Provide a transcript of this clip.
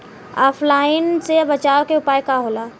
ऑफलाइनसे बचाव के उपाय का होला?